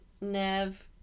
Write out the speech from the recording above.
Nev